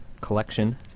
collection